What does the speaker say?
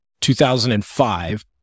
2005